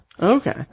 Okay